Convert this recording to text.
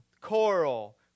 coral